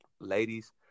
ladies